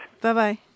Bye-bye